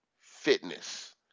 fitness